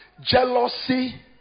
jealousy